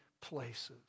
places